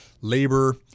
labor